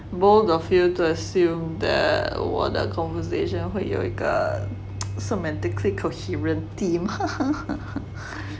bold of you to assume that 我的 conversation 会有一个 somatically coherent theme ha ha